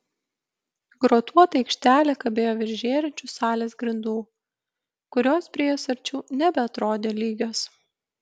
grotuota aikštelė kabėjo virš žėrinčių salės grindų kurios priėjus arčiau nebeatrodė lygios